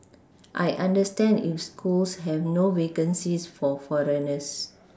I understand if schools have no vacancies for foreigners